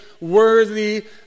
worthy